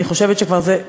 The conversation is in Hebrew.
אני חושבת שכבר זה,